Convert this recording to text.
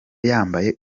yambaye